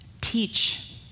teach